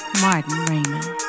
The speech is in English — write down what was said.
Martin-Raymond